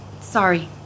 sorry